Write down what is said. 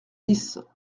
lys